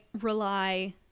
rely